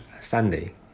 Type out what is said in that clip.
Sunday